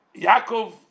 Yaakov